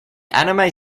anime